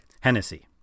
Hennessy